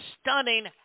stunning